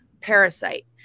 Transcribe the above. parasite